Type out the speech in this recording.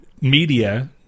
media